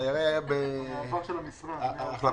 אני מדבר על העברת הרשות למשרד אחר.